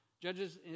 Judges